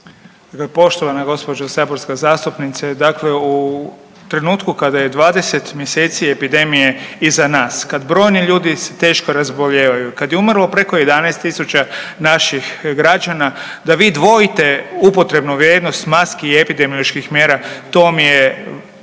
(HDZ)** Poštovana gospođo saborska zastupnice. Dakle, u trenutku kada je 20 mjeseci epidemije iza nas, kad brojni ljudi se teško razbolijevaju, kad je umrlo preko 11.000 naših građana da vi dvojite upotrebnu vrijednost maski i epidemioloških mjera, to mi je